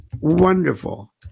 wonderful